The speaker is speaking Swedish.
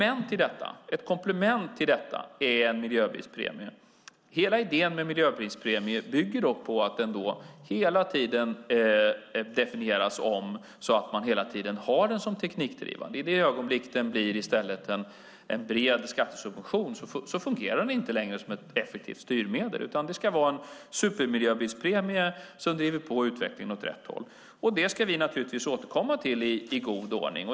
Ett komplement till detta är miljöbilspremien. Hela idén med miljöbilspremie bygger dock på att den hela tiden definieras om så att man hela tiden har den som teknikdrivande. I det ögonblick den i stället blir en bred skattesubvention fungerar den inte längre som ett effektivt styrmedel utan det ska vara en supermiljöbilspremie som driver på utvecklingen åt rätt håll. Det ska vi naturligtvis återkomma till i god ordning.